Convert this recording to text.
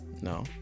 No